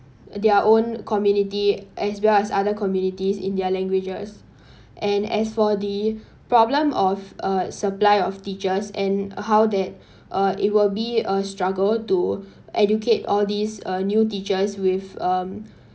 their own community as well as other communities in their languages and as for the problem of a supply of teachers and how that or it will be a struggle to educate all these uh new teachers with um